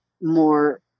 more